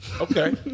Okay